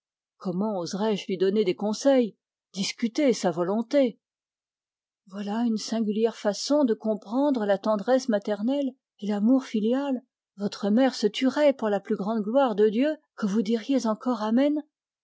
comment oserais-je discuter sa volonté voilà une étrange façon de comprendre la tendresse maternelle et l'amour filial votre mère se tuerait pour la plus grande gloire de dieu que vous diriez encore amen